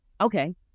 okay